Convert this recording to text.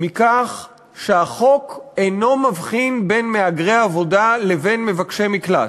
מכך שהחוק אינו מבחין בין מהגרי עבודה לבין מבקשי מקלט,